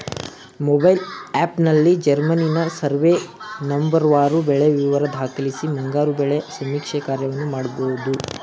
mobile ಆ್ಯಪ್ನಲ್ಲಿ ಜಮೀನಿನ survey ನಂಬರ್ವಾರು ಬೆಳೆ ವಿವರ ದಾಖಲಿಸಿ ಮುಂಗಾರು ಬೆಳೆ ಸಮೀಕ್ಷೆ ಕಾರ್ಯವನ್ನು ಮಾಡ್ಬೋದು